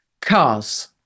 Cars